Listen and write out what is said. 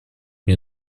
мне